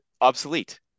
obsolete